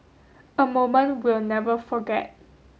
a moment we'll never forget